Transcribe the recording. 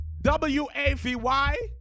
W-A-V-Y